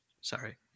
Sorry